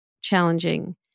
challenging